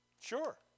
Sure